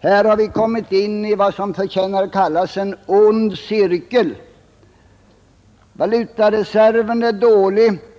Här har vi kommit in i vad som förtjänar kallas en ond cirkel. Valutareserven är dålig.